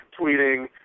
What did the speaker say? tweeting